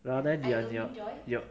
rather 你有有有